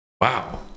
wow